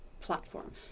Platform